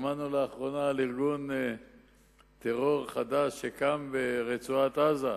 שמענו לאחרונה על ארגון טרור חדש שקם ברצועת-עזה,